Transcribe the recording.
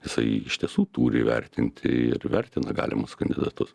jisai iš tiesų turi įvertinti ir vertina galimus kandidatus